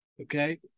Okay